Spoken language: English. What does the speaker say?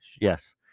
Yes